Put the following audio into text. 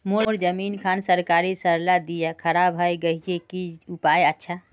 मोर जमीन खान सरकारी सरला दीया खराब है गहिये की उपाय अच्छा?